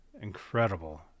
incredible